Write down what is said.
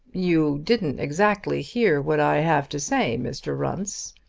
you didn't exactly hear what i have to say, mr. runce.